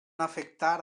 afectar